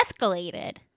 escalated